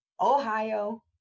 Ohio